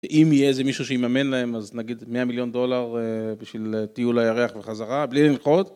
אם יהיה איזה מישהו שיממן להם, אז נגיד 100 מיליון דולר בשביל טיול לירח וחזרה, בלי לנחות.